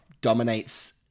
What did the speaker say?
dominates